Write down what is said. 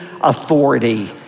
authority